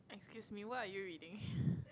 excuse me what are you reading